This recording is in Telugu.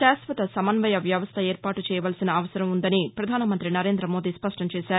శాశ్వత సమన్వయ వ్యవస్థ ఏర్పాటు చేయవలసిన అవసరం ఉందని ప్రధానమంత్రి మధ్య నరేంద్ర మోది స్పష్టం చేశారు